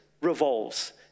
revolves